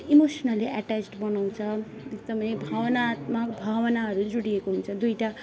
emotionally attached बनाउँछ एकदमै भावनात्मक भावनाहरू जोडिएको हुन्छ